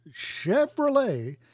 Chevrolet